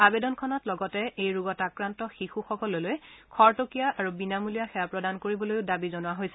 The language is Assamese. আৱেদনখনত লগতে এই ৰোগত আক্ৰান্ত শিশুসকললৈ খৰতকীয়া আৰু বিনামূলীয়া সেৱা প্ৰদান কৰিবলৈও দাবী জনোৱা হৈছে